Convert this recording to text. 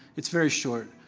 it's very short,